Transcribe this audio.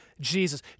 Jesus